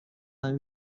همه